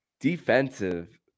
defensive